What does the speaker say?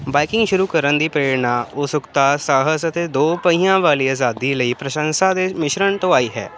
biking ਸ਼ੁਰੂ ਕਰਨ ਦੀ ਪ੍ਰੇਰਨਾ ਉਕਸੁਕਤਾ ਸਾਹਸ ਅਤੇ ਦੋ ਪਹੀਆਂ ਵਾਲੀ ਆਜ਼ਾਦੀ ਲਈ ਪ੍ਰਸ਼ੰਸਾ ਦੇ ਮਿਸ਼ਰਣ ਤੋਂ ਆਈ ਹੈ